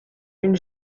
une